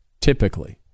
typically